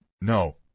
no